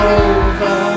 over